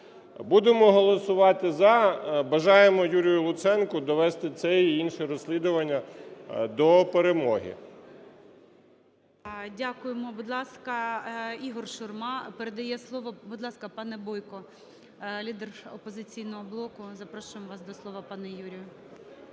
Будемо голосувати "за". Бажаємо Юрію Луценку довести це і інше розслідування до перемоги. ГОЛОВУЮЧИЙ. Дякуємо. Будь ласка, Ігор Шурма передає слово, будь ласка, пане Бойко – лідер "Опозиційного блоку". Запрошуємо вас до слова, пане Ігорю.